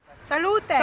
Salute